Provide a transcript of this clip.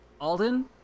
Alden